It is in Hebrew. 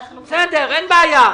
אין בעיה,